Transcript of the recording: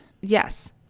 Yes